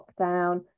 lockdown